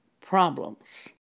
problems